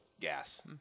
Gas